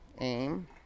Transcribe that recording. Aim